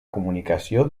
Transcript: comunicació